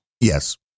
Yes